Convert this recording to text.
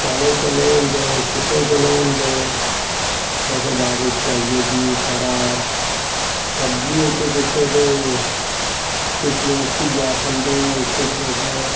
काले चने होंदे चिट्टे चने होंदे ओह्दे बाद बिच आई गेआ जी साढ़ा सब्जी च पुच्छो ते किश लोग कि'यां खंदे किश लोग